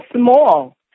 small